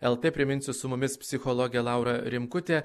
lt priminsiu su mumis psichologė laura rimkutė